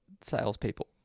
salespeople